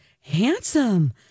handsome